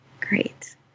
Great